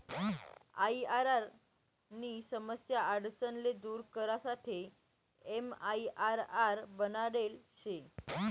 IRR नी समस्या आडचण ले दूर करासाठे एमआईआरआर बनाडेल शे